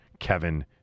Kevin